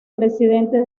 presidente